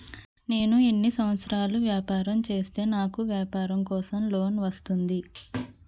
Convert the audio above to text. నేను ఎన్ని సంవత్సరాలు వ్యాపారం చేస్తే నాకు వ్యాపారం కోసం లోన్ వస్తుంది?